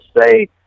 say